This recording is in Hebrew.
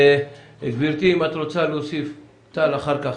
וטל אם תרצי להוסיף אחר כך.